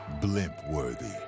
blimp-worthy